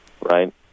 right